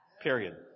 Period